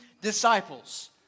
disciples